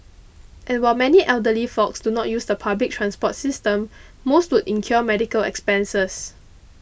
and while many elderly folks do not use the public transport system most would incur medical expenses